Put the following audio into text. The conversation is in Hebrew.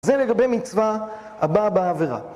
זה לגבי מצווה הבא בעבירה.